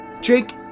Jake